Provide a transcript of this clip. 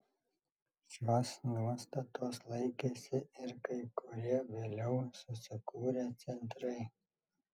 šios nuostatos laikėsi ir kai kurie vėliau susikūrę centrai